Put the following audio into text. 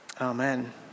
Amen